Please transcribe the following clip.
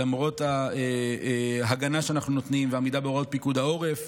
למרות ההגנה שאנחנו נותנים והעמידה בהוראות פיקוד העורף.